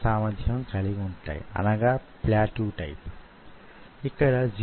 అందువలన కాంటిలివర్ అంటే ఏమిటో ముఖ్యంగా మీకు అర్థం కావడం కోసం దాన్ని ప్రస్తావించాను